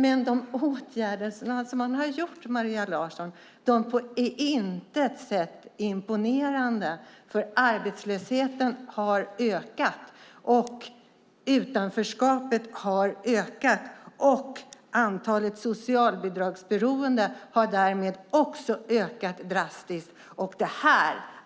Men de åtgärder som man har gjort, Maria Larsson, är på intet sätt imponerande. Arbetslösheten har ökat, och utanförskapet har ökat. Antalet socialbidragsberoende har därmed också ökat drastiskt. Det